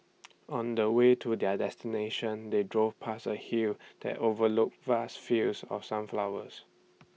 on the way to their destination they drove past A hill that overlooked vast fields of sunflowers